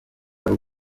ari